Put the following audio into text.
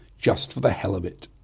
just for the hell of it.